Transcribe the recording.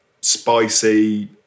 spicy